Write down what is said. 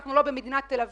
אנחנו לא במדינת תל אביב.